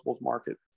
market